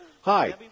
Hi